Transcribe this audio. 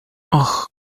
och